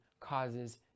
causes